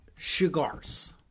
Cigars